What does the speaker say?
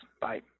Bye